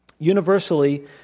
universally